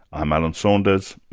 i'm alan saunders.